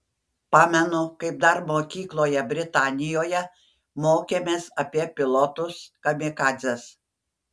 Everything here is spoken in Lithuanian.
pamenu kaip dar mokykloje britanijoje mokėmės apie pilotus kamikadzes